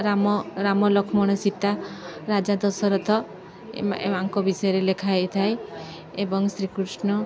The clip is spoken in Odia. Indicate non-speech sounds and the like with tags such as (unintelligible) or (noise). ରାମ ରାମଲକ୍ଷ୍ମଣ ସୀତା ରାଜା ଦଶରଥ ଆଙ୍କ (unintelligible) ବିଷୟରେ ଲେଖା ହେଇଥାଏ ଏବଂ ଶ୍ରୀକୃଷ୍ଣ